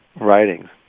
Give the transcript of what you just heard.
writings